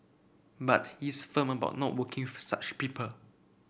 but he is firm about no working with such people